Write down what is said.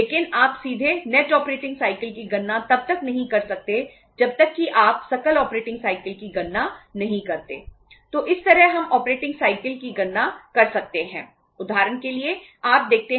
लेकिन आप सीधे नेट ऑपरेटिंग साइकिल हैं